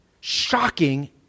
shocking